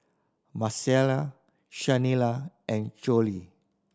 Marcelle Shanelle and Chloie